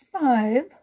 five